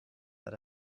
that